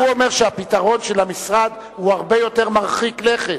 הוא אומר שהפתרון של המשרד הרבה יותר מרחיק לכת.